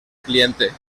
cliente